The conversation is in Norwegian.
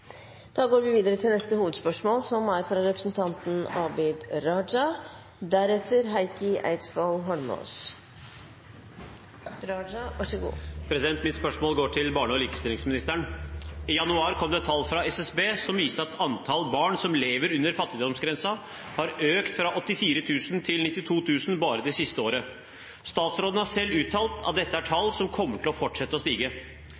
Da går vi videre til neste hovedspørsmål. Mitt spørsmål går til barne- og likestillingsministeren. I januar kom det tall fra SSB som viste at antall barn som lever under fattigdomsgrensen, har økt fra 84 000 til 92 000 bare det siste året. Statsråden har selv uttalt at dette er tall som kommer til å fortsette å stige.